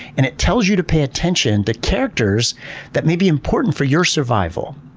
and it tells you to pay attention to characters that may be important for your survival.